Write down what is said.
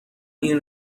این